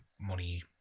money